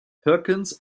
perkins